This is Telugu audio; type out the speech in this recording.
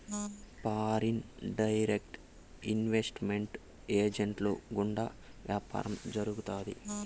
ఫారిన్ డైరెక్ట్ ఇన్వెస్ట్ మెంట్ ఏజెంట్ల గుండా వ్యాపారం జరుగుతాది